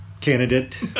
candidate